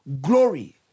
glory